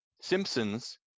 Simpsons